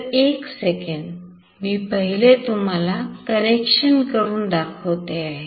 तर एक सेकंड मी पहिले तुम्हाला कनेक्शन करून दाखवते आहे